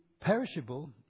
perishable